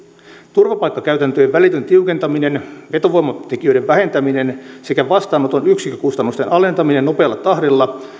turvapaikkakäytäntöjen välitön tiukentaminen vetovoimatekijöiden vähentäminen sekä vastaanoton yksikkökustannusten alentaminen nopealla tahdilla